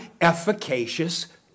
efficacious